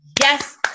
Yes